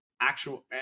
actual